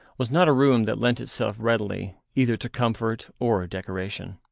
was not a room that lent itself readily either to comfort or decoration.